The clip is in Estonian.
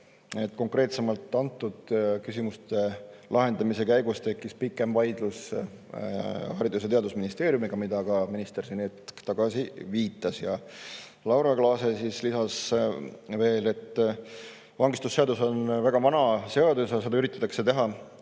konkreetsemalt antud küsimuste lahendamise käigus tekkis pikem vaidlus Haridus- ja Teadusministeeriumiga, millele minister hetk tagasi siin viitas. Laura Glaase lisas veel, et vangistusseadus on väga vana seadus ja seetõttu üritatakse teha